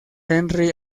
henry